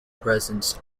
presence